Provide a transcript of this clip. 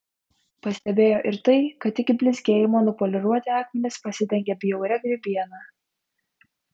pastebėjo ir tai kad iki blizgėjimo nupoliruoti akmenys pasidengė bjauria grybiena